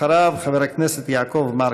אחריו, חבר הכנסת יעקב מרגי.